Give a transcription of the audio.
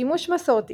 שימוש מסורתי